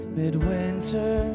midwinter